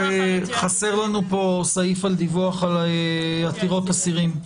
חסר לנו פה סעיף על דיווח על עתירות אסירים.